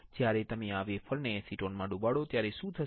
જ્યારે તમે આ વેફર ને એસિટોનમાં ડુબાડો ત્યારે શું થશે